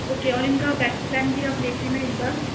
okay اور ان کا پیکج پلان بھی آپ دیکھ لینا ایک بار